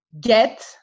get